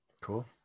Cool